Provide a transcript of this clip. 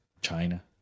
China